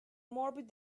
morbid